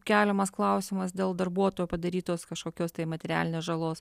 keliamas klausimas dėl darbuotojo padarytos kažkokios tai materialinės žalos